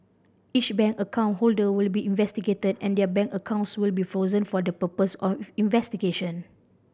each bank account holder will be investigated and their bank accounts will be frozen for the purpose of investigation